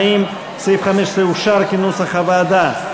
15, כנוסח הוועדה.